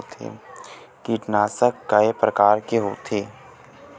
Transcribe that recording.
कीटनाशक कय प्रकार के होथे?